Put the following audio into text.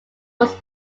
was